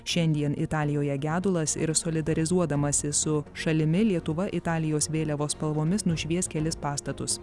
šiandien italijoje gedulas ir solidarizuodamasi su šalimi lietuva italijos vėliavos spalvomis nušvies kelis pastatus